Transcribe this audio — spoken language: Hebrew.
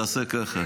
אתה עושה ככה.